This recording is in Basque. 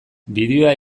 bideoa